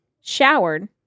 showered